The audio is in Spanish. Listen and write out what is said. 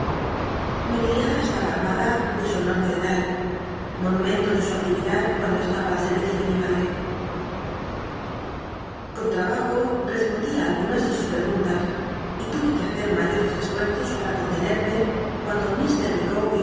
iii criada estaba armada ele su enorme dedal monumento de su actividad cuando estaba al servicio de mi madre con trabajo respondí ü algunas de sus preguntas y tuve que hacer mayores esfuer os pa ra contenerme cuando